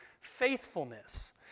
faithfulness